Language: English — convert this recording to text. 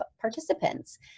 participants